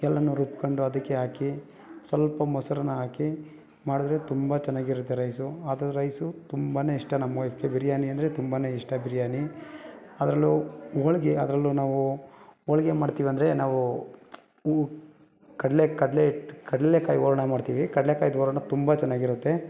ಎಲ್ಲನು ರುಬ್ಕೊಂಡು ಅದಕ್ಕೆ ಹಾಕಿ ಸ್ವಲ್ಪ ಮೊಸ್ರನ್ನು ಹಾಕಿ ಮಾಡಿದ್ರೆ ತುಂಬ ಚೆನ್ನಾಗಿರುತ್ತೆ ರೈಸು ಅದು ರೈಸು ತುಂಬಾ ಇಷ್ಟ ನಮ್ಮ ವೈಫ್ಗೆ ಬಿರ್ಯಾನಿ ಅಂದರೆ ತುಂಬಾ ಇಷ್ಟ ಬಿರ್ಯಾನಿ ಅದರಲ್ಲೂ ಹೋಳ್ಗೆ ಅದ್ರಲ್ಲೂ ನಾವು ಹೋಳ್ಗೆ ಮಾಡ್ತಿವಂದರೆ ನಾವು ಉ ಕಡಲೆ ಕಡಲೆ ಹಿಟ್ ಕಡ್ಲೆಕಾಯಿ ಹೂರ್ಣ ಮಾಡ್ತೀವಿ ಕಡ್ಲೆಕಾಯ್ದು ಹೂರ್ಣ ತುಂಬ ಚೆನ್ನಾಗಿರುತ್ತೆ